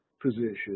Position